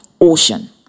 ocean